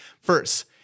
First